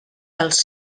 als